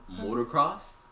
Motocross